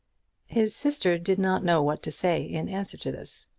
his sister did not know what to say in answer to this.